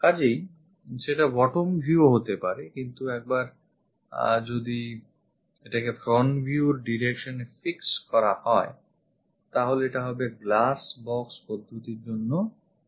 কাজেই সেটা bottom viewও হতে পারে কিন্তু একবার যদি এটাকে front view র direction এ fix করা হয় তাহলে এটা হবে glass boxপদ্ধতির জন্য top view